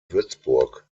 würzburg